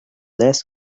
less